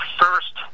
first